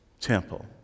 temple